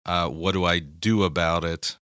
what-do-I-do-about-it